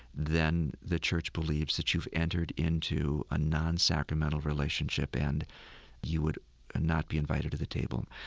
then the church believes that you've entered into a nonsacramental relationship and you would not be invited to the table.